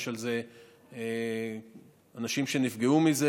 יש אנשים שנפגעו מזה,